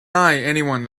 anyone